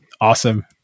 Awesome